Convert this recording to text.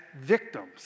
victims